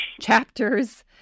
chapters